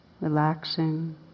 relaxing